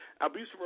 Abusive